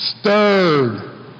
stirred